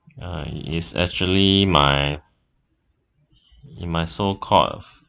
uh it's actually my in my so called